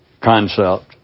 concept